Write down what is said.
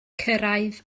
cyrraedd